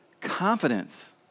confidence